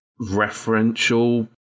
referential